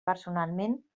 personalment